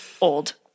old